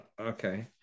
Okay